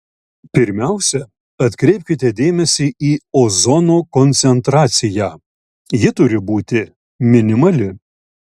pirmiausia atkreipkite dėmesį į ozono koncentraciją ji turi būti minimali